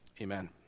amen